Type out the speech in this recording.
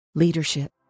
Leadership